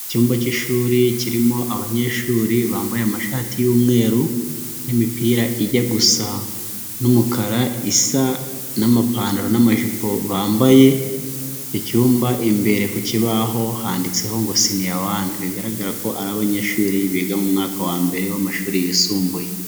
Icyumba k'ishuri kirimo abanyeshuri bambaye amashati yumweru n'imipira ijya gusa n'umukara isa n'amapantaro n'amajipo bambaye, icyo icyumba imbere ku kibaho handitseho ngo siniya wani, bigaragara ko ari abanyeshuri biga mu mwaka wa mbere w'amashuri yisumbuye.